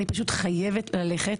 אני פשוט חייבת ללכת,